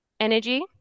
energy